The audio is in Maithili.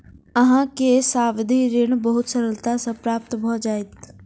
अहाँ के सावधि ऋण बहुत सरलता सॅ प्राप्त भ जाइत